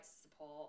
support